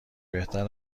بهتر